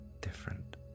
different